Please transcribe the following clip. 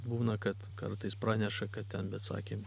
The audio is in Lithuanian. būna kad kartais praneša kad ten bet sakėm